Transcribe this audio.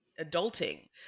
adulting